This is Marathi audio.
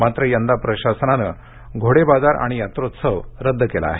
मात्र यंदा प्रशासनानं घोडेबाजार आणि यात्रोत्सव रदद केला आहे